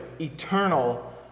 eternal